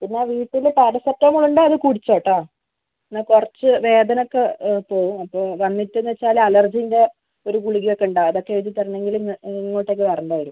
പിന്നെ വീട്ടിൽ പാരസെറ്റമോൾ ഉണ്ടെങ്കിൽ അത് കുടിച്ചോട്ടോ എന്നാൽ കുറച്ചു വേദനയൊക്കെ പോകും അപ്പോൾ വന്നിട്ട് എന്നുവെച്ചാൽ അലർജിൻ്റെ ഒരു ഗുളികയൊക്കെ ഉണ്ടാവും അതൊക്കെ എഴുതിത്തരണമെങ്കിൽ ഇങ്ങോട്ടേക്ക് വരേണ്ടി വരും